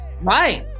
Right